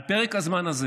על פרק הזמן הזה